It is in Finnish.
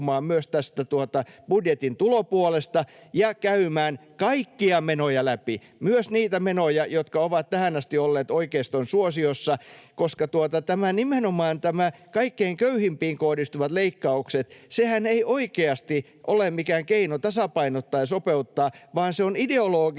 myös tästä budjetin tulopuolesta ja käymään kaikkia menoja läpi, myös niitä menoja, jotka ovat tähän asti olleet oikeiston suosiossa, koska nämä nimenomaan kaikkiin köyhimpiin kohdistuvat leikkaukset eivät oikeasti ole mikään keino tasapainottaa ja sopeuttaa, vaan se on ideologista